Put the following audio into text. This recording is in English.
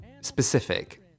specific